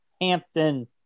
Hampton